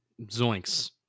Zoinks